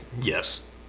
Yes